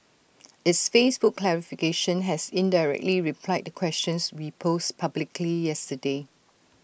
its Facebook clarification has indirectly replied the questions we posed publicly yesterday